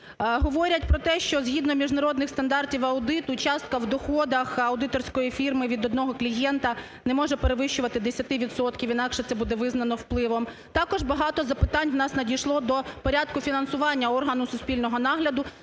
Говорять про те, що згідно міжнародних стандартів аудиту, частка в доходах аудиторської фірми від одного клієнта не може перевищувати 10 відсотків, інакше, це буде визнано впливом. Також багато запитань в нас надійшло до порядку фінансування органу суспільного нагляду